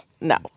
No